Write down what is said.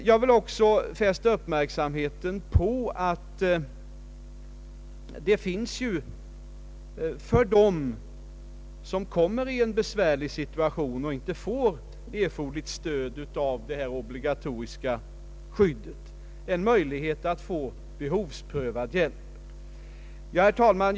Jag vill fästa uppmärksamheten på att för dem som kommer i en besvärlig situation och inte får erforderligt stöd av det obligatoriska skyddet finns en möjlighet att få behovsprövad hjälp. Herr talman!